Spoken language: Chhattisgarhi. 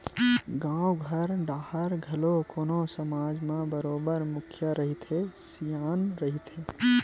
गाँव घर डाहर घलो कोनो समाज म बरोबर मुखिया रहिथे, सियान रहिथे